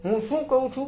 હું શું કહું છું